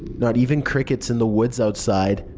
not even crickets in the woods outside.